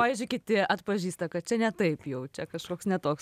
pavyzdžiui kiti atpažįsta kad čia ne taip jau čia kažkoks ne toks